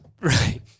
Right